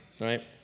right